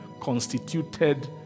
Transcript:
constituted